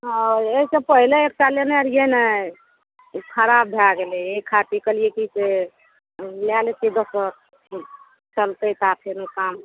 हँ एहिसे पहिले एकटा लेने रहियै ने ओ खराब भए गेलै एहि खातिर कहलियै कि से लए लेतियै दोसर चलतै ता फेरो काम